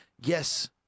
yes